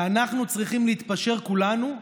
ואנחנו צריכים להתפשר, כולנו,